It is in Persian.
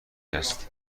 هست